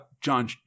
John